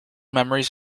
memories